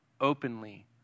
openly